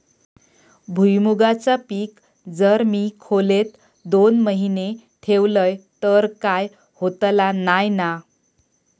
भुईमूगाचा पीक जर मी खोलेत दोन महिने ठेवलंय तर काय होतला नाय ना?